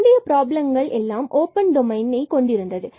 முந்தைய பிரபலங்கள் எல்லாம் ஓபன் டொமைனில் இருந்தது